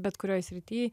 bet kurioj srity